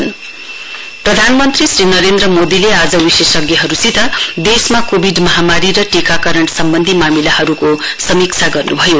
PM प्रधानमन्त्री श्री नरेन्द्र मोदीले आज विशेषज्ञहरूसित देशमा कोविड महामारी र टीकाकरण सम्बन्धी मामिलाहरूको समीक्षा गर्न्भयो